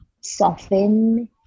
soften